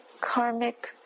karmic